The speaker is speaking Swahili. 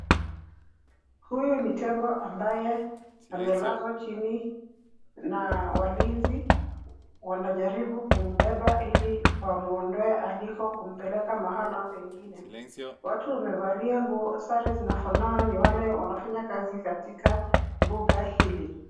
Huyu ni tembo ambaye amelazwa chini na walinzi wanajaribu kumbeba ili wamuondoe aliko kumpeleka mahala kwingine. Watu wamevalia nguo sare zinafanana ni wale wanafanya kazi katika mbuga hii.